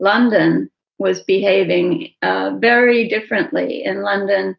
london was behaving ah very differently in london,